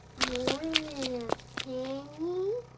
more than a penny?